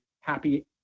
happy